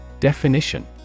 Definition